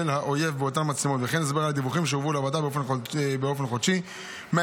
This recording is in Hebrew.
בחלקו חסוי של הדיון נשמעו הסברים מפורטים